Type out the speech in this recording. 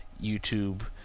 YouTube